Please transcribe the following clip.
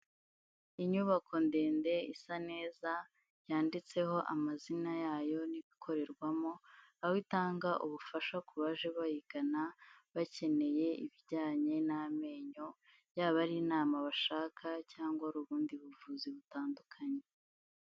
Inyubako ndende isa neza, yanditseho amazina yayo n'ibikorerwamo, aho itanga ubufasha ku baje bayigana, bakeneye ibijyanye n'amenyo, yaba ari inama bashaka cyangwa ubundi buvuzi butandukanye.